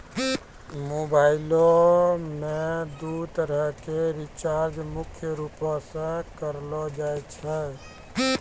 मोबाइलो मे दू तरह के रीचार्ज मुख्य रूपो से करलो जाय छै